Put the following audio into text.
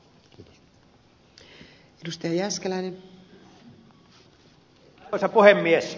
arvoisa puhemies